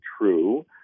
true